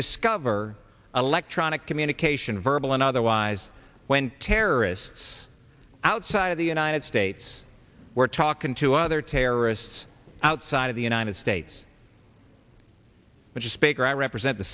discover electronic communication verbal and otherwise when terrorists outside of the united states were talking to other terrorists outside of the united states which is speaker i represent the